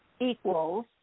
equals